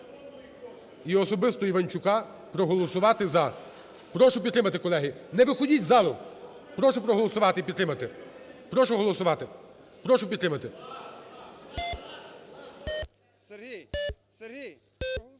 і особисто Іванчука проголосувати "за". Прошу підтримати, колеги. Не виходіть із залу. Прошу проголосувати і підтримати. Прошу голосувати, прошу підтримати.